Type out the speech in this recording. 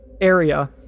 area